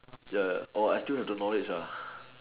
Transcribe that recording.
ya orh I still have the knowledge lah